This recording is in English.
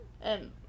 and-